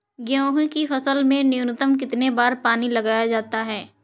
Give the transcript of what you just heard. गेहूँ की फसल में न्यूनतम कितने बार पानी लगाया जाता है?